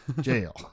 jail